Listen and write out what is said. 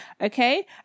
Okay